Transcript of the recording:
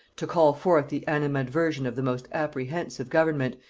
to call forth the animadversion of the most apprehensive government,